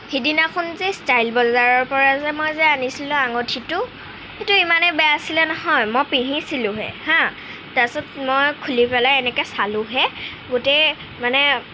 সিদিনাখন যে ষ্টাইল বজাৰৰপৰা যে মই যে আনিছিলোঁ আঙঠিটো সেইটো ইমানেই বেয়া আছিলে নহয় মই পিন্ধিছিলোহে হাঁ আনিছিলোঁ তাৰপিছত মই খুলি পেলাই এনেকৈ চালোহে গোটেই মানে